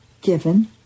given